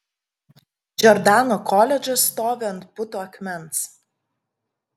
džordano koledžas stovi ant putų akmens